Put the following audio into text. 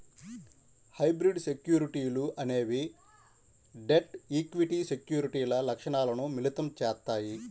hybrid సెక్యూరిటీలు అనేవి debt, equity సెక్యూరిటీల లక్షణాలను మిళితం చేత్తాయి